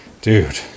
dude